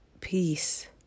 peace